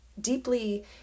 deeply